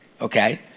Okay